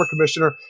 commissioner